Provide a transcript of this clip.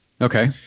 Okay